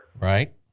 Right